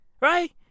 Right